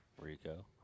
Rico